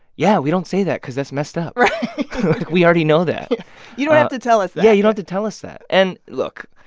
yeah, we don't say that because that's messed up right we already know that you don't have to tell us that yeah, you don't tell us that. and look.